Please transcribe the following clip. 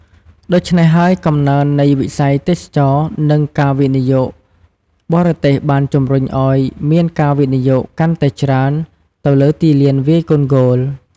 ដូច្នេះហើយ កំណើននៃវិស័យទេសចរណ៍ និងការវិនិយោគបរទេសបានជំរុញឲ្យមានការវិនិយោគកាន់តែច្រើនទៅលើទីលានវាយកូនហ្គោល។